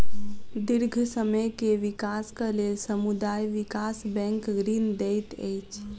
दीर्घ समय के विकासक लेल समुदाय विकास बैंक ऋण दैत अछि